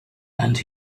and